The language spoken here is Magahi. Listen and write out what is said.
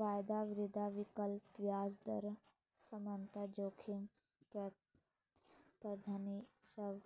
वायदा, मुद्रा विकल्प, ब्याज दर समता, जोखिम प्रबंधन ई सब